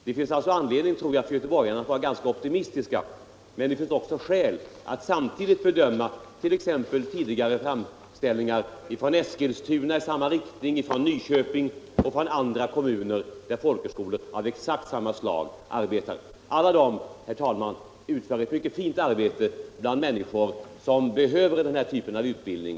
Jag tror därför att det finns anledning för göteborgarna att vara ganska optimistiska, men det finns också skäl att samtidigt bedöma tidigare ansökningar i samma riktning från Eskilstuna, Nyköping och andra kommuner där folkhögskolor av exakt samma slag arbetar. Alla dessa folkhögskolor utför, herr talman, ett mycket fint arbete bland människor som behöver denna typ av utbildning.